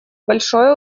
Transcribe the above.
большое